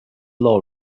law